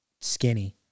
skinny